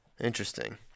Interesting